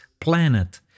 planet